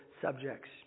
subjects